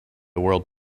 world